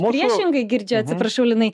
priešingai girdžiu atsiprašau linai